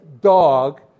dog